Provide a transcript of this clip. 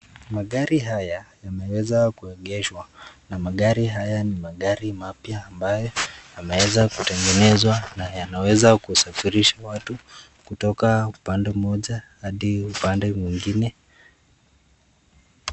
Magari haya, yameweza kuengeshwa, na magari haya ni magari mapya ambayo, yameweza kutengenezwa na yanaweza kusafirisha watu, kutoka upande moja hadi upande mwingine.